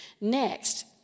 Next